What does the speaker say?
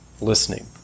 listening